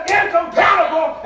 incompatible